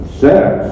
sex